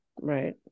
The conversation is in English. right